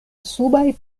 subaj